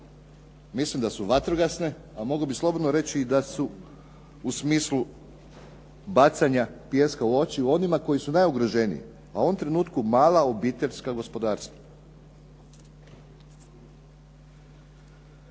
mislim da su vatrogasne, a mogao bih slobodno reći da su u smislu bacanja pijeska u oči onima koji su najugroženiji, a u ovom trenutku mala obiteljska gospodarstva.